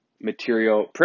material